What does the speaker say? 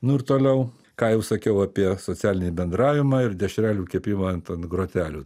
nu ir toliau ką jau sakiau apie socialinį bendravimą ir dešrelių kepimą ant ant grotelių